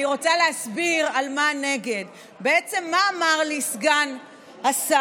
אני רוצה להסביר על מה "נגד": בעצם מה אמר לי סגן השר?